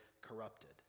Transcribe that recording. corrupted